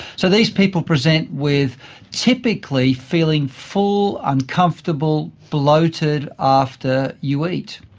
so these people present with typically feeling full, uncomfortable, bloated after you eat.